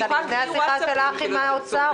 הייתה לפני השיחה שלך עם האוצר,